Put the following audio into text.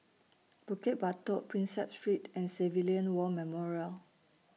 Bukit Batok Prinsep Street and Civilian War Memorial